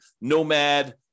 nomad